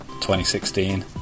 2016